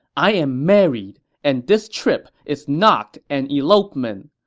i am married, and this trip is not an elopement.